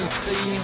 see